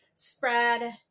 Spread